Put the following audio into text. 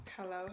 hello